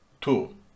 two